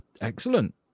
Excellent